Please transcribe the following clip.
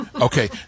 Okay